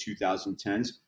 2010s